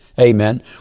Amen